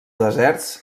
deserts